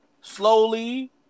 slowly